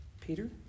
Peter